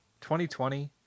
2020